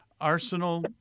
arsenal